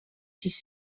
sis